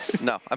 No